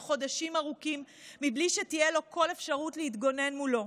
חודשים ארוכים בלי שתהיה לו כל אפשרות להתגונן מולו.